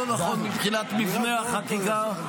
לא נכון מבחינת מבנה החקיקה,